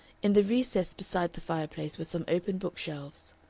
in the recess beside the fireplace were some open bookshelves.